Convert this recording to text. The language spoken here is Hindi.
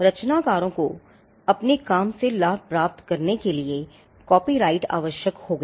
रचनाकारों को अपने काम से लाभ प्राप्त करने के लिए कॉपीराइट आवश्यक हो गया